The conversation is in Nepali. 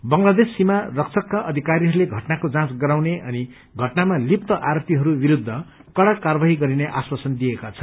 बंगलादेश सीमा रक्षकका अधिकरीहरूलग घटनाको जाँच गराउने अनि घटनामा लिप्त आरोपीहरू विरूद्व कड़ा कार्वाही गरिने आश्वासन दिएका छन्